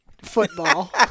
football